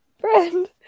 friend